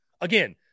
Again